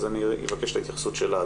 אז אני אבקש את ההתייחסות שלה.